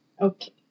Okay